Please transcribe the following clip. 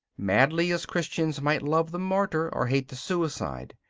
madly as christians might love the martyr or hate the suicide,